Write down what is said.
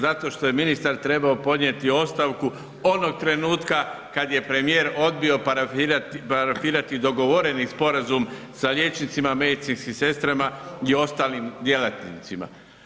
Zato što je ministar trebao podnijeti ostavku onog trenutka kad je premijer odbio parafirati dogovoreni sporazum sa liječnicima, medicinskim sestrama i ostalim djelatnicima.